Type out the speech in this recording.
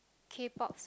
k-pop